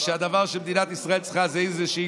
ושהדבר שמדינת ישראל צריכה זה איזושהי